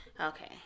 Okay